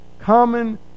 Common